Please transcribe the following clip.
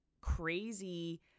crazy